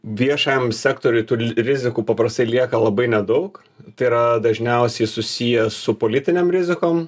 viešajam sektoriui rizikų paprastai lieka labai nedaug tai yra dažniausiai susiję su politinėm rizikom